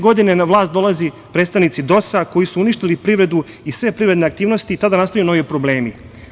Godine 2000. na vlast dolaze predstavnici DOS-a, koji su uništili privredu i sve privredne aktivnosti i tada nastaju novi problemi.